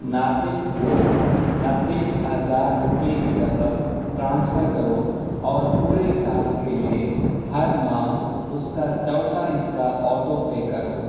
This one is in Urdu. ناطق کو نوے ہزار روپے کی رقم ٹرانسفر کرو اور پورے سال کے لیے ہر ماہ اس کا چوتھا حصہ آٹو پے کرو